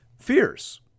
fears